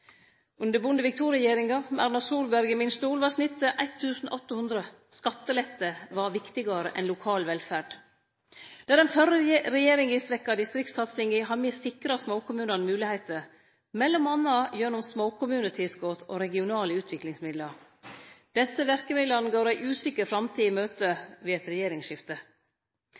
Under Bondevik II-regjeringa, med Erna Solberg i stolen, var snittet 1 800. Skattelette var viktigare enn lokal velferd. Der den førre regjeringa svekte distriktssatsinga, har me sikra småkommunane moglegheiter, m.a. gjennom småkommunetilskot og regionale utviklingsmidlar. Desse verkemidla går ei usikker framtid i møte ved eit regjeringsskifte.